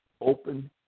open